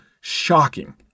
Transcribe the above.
shocking